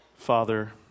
Father